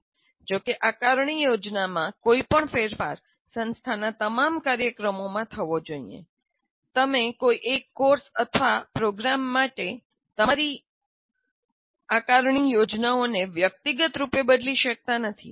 ' જો કે આકારણી યોજનામાં કોઈપણ ફેરફાર સંસ્થાના તમામ કાર્યક્રમોમાં થવો જોઈએ તમે એક કોર્સ અથવા એક પ્રોગ્રામ માટેની તમારી આકારણી યોજનાઓને વ્યક્તિગતરૂપે બદલી શકતા નથી